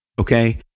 okay